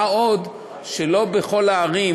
מה עוד שלא בכל הערים,